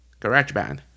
GarageBand